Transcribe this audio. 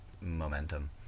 momentum